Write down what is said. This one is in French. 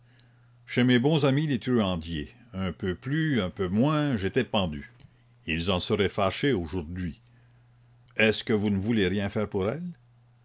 chez mes bons amis les truandiers un peu plus un peu moins j'étais pendu ils en seraient fâchés aujourd'hui est-ce que vous ne voulez rien faire pour elle